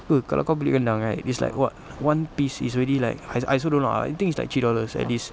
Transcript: apa kalau kau beli rendang right it's like what one piece it's already like I I also don't know ah I think it's like three dollars at least